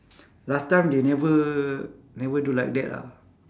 last time they never never do like that ah